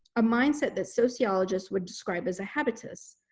a mindset that sociologists would describe as a habitus,